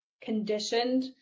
conditioned